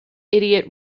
idiot